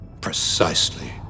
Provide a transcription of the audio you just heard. Precisely